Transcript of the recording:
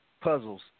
Puzzles